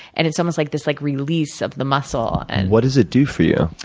and it's almost like this like release of the muscle, and what does it do for you?